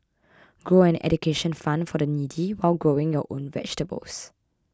grow an education fund for the needy while growing your own vegetables